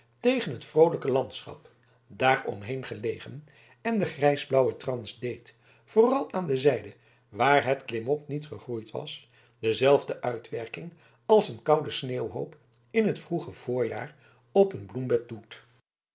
tegen het vroolijke landschap daaromheen gelegen en de grijsgrauwe trans deed vooral aan de zijde waar het klimop niet gegroeid was dezelfde uitwerking als een koude sneeuwhoop in het vroege voorjaar op een bloembed doet